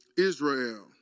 Israel